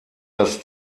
das